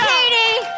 Katie